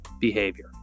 behavior